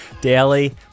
daily